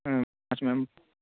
ہوں پانچ